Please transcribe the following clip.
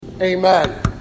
Amen